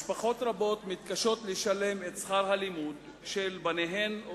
משפחות רבות מתקשות לשלם את שכר הלימוד של בניהן או